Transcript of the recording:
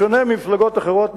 בשונה ממפלגות אחרות,